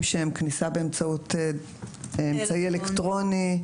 שהם כניסה באמצעות אמצעי אלקטרוני?